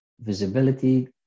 visibility